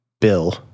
bill